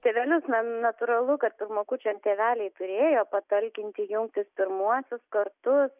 tėvelius na natūralu kad pirmokučiam tėveliai turėjo patalkinti jungtis pirmuosius kartus